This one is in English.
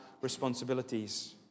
responsibilities